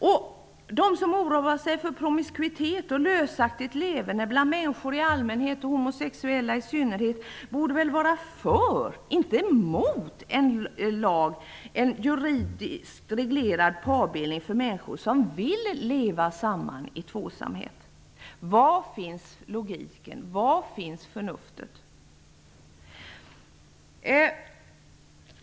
Och de som oroar sig för promiskuitet och lösaktigt leverne bland människor i allmänhet och homosexuella i synnerhet borde väl vara för, inte emot, en juridiskt reglerad parbildning för människor som vill leva samman i tvåsamhet. Var finns logiken? Var finns förnuftet?